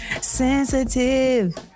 Sensitive